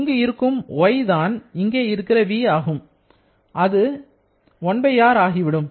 இங்கு இருக்கும் 'y' தான் இங்கே இருக்கிற'v' ஆகும் எனவே அது 1R ஆகிவிடும்